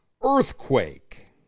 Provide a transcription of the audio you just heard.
earthquake